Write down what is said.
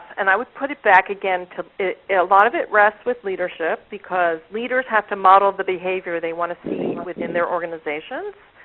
and i would put it back again to a lot of it rests with leadership because leaders have to model the behavior they want to see within their organizations,